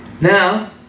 Now